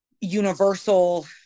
universal